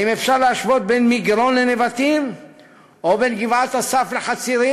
האם אפשר להשוות בין מגרון לנבטים או בין גבעת-אסף לחצרים?